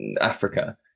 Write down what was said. Africa